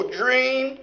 dream